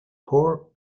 poor